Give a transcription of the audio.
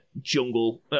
Jungle